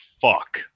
fuck